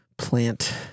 Plant